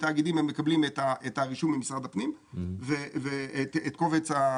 בתאגידים הם מקבלים את הרישום ממשרד הפנים ואת הקובץ.